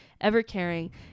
ever-caring